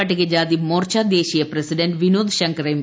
പട്ടികജാതി മോർച്ച ദേശീയ പ്രസിഡന്റ് വിനോദ് ശങ്കർ എം